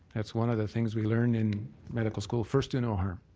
that's one of the things we learned in medical school, first, do no harm.